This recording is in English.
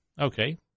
Okay